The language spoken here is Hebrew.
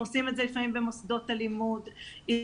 אנחנו עושים את זה לפעמים במוסדות הלימוד אם